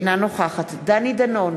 אינה נוכחת דני דנון,